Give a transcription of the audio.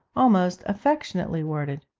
almost affectionately, worded.